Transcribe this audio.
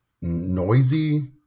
noisy